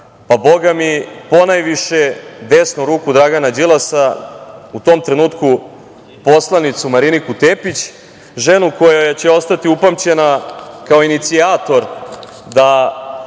pa, Boga mi, ponajviše desnu ruku Dragana Đilasa, u tom trenutku poslanicu Mariniku Tepić, ženu koja će ostati upamćena kao inicijator jedne